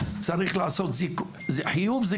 צריך לעשות חיוב-זיכוי,